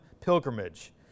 pilgrimage